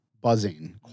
buzzing